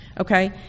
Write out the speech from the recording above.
okay